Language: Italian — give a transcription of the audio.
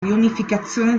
riunificazione